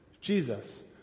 Jesus